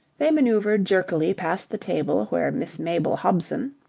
they manoeuvred jerkily past the table where miss mabel hobson,